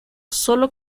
sólo